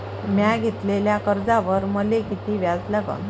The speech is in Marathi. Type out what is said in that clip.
म्या घेतलेल्या कर्जावर मले किती व्याज लागन?